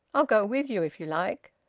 i'll go with you if you like.